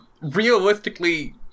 realistically